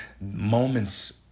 moments